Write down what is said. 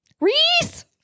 Reese